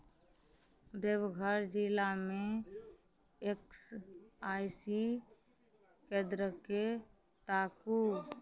देवघर जिलामे X I C केन्द्रकेँ ताकू